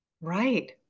Right